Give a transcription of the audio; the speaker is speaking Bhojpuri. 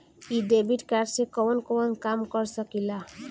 इ डेबिट कार्ड से कवन कवन काम कर सकिला?